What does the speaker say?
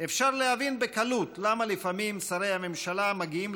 אפשר להבין בקלות למה לפעמים שרי הממשלה מגיעים